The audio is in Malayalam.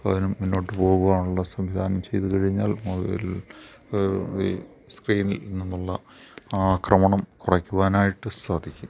പകരം മുന്നോട്ട് പോകുവാനുള്ള സംവിധാനം ചെയ്തു കഴിഞ്ഞാൽ മൊബൈൽ സ്ക്രീനിൽ നിന്നുള്ള ആക്രമണം കുറക്കുവാനായിട്ട് സാധിക്കും